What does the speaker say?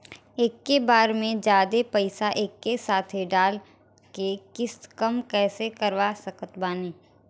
एके बार मे जादे पईसा एके साथे डाल के किश्त कम कैसे करवा सकत बानी?